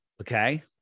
Okay